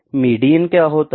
median क्या होता है